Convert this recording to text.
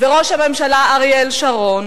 וראש הממשלה אריאל שרון,